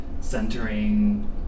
centering